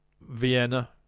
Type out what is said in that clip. Vienna